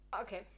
Okay